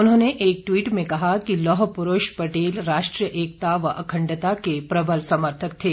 उन्होंने एक ट्वीट में कहा कि लौह प्रूष पटेल राष्ट्रीय एकता व अखण्डता के प्रबल समर्थक थे